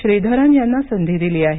श्रीधरन यांना संधी दिली आहे